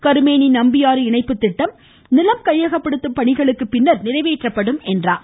கருமேனி நம்பியாறு இணைப்பு திட்டம் நிலம் கையகப்படுத்தும் பணிகளுக்கு பின்னர் நிறைவேற்றப்படும் என்றார்